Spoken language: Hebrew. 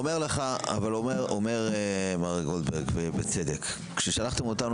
מר רוזנפלד אומר לכם בצדק שכששלחתם אותם